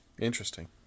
interesting